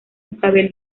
isabel